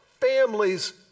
families